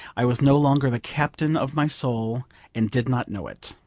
i was no longer the captain of my soul, and did not know it.